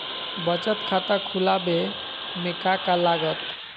बचत खाता खुला बे में का का लागत?